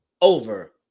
over